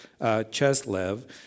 Cheslev